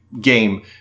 game